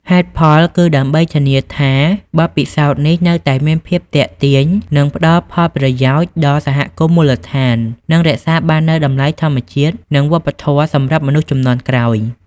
ហេតុផលគឺ ដើម្បីធានាថាបទពិសោធន៍នេះនៅតែមានភាពទាក់ទាញ ផ្ដល់ផលប្រយោជន៍ដល់សហគមន៍មូលដ្ឋាន និងរក្សាបាននូវតម្លៃធម្មជាតិនិងវប្បធម៌សម្រាប់មនុស្សជំនាន់ក្រោយ។